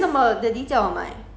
不会饿 meh 昨天